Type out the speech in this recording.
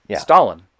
Stalin